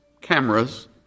cameras